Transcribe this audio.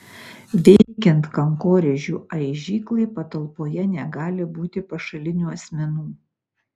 veikiant kankorėžių aižyklai patalpoje negali būti pašalinių asmenų